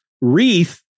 Wreath